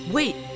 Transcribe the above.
Wait